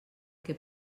que